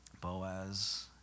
Boaz